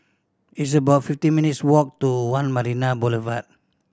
it's about fifty minutes' walk to One Marina Boulevard